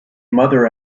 mother